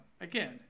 again